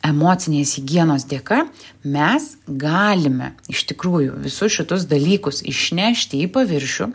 emocinės higienos dėka mes galime iš tikrųjų visus šitus dalykus išnešti į paviršių